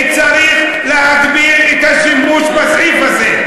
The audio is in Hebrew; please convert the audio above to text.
שצריך להגביל את השימוש בסעיף הזה.